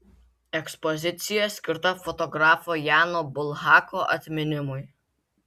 ekspozicija skirta fotografo jano bulhako atminimui